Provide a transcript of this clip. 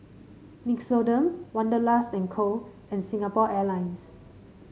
Nixoderm Wanderlust and Co and Singapore Airlines